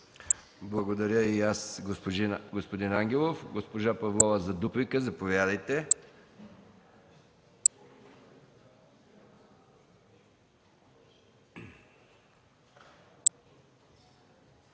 Благодаря и аз, господин Ангелов. Госпожа Павлова – за дуплика, заповядайте.